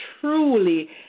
truly